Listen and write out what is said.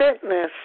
fitness